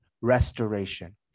restoration